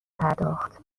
پرداخت